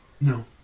No